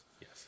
yes